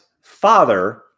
father